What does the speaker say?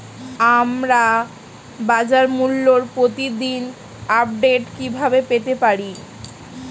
আমরা বাজারমূল্যের প্রতিদিন আপডেট কিভাবে পেতে পারি?